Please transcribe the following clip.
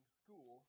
school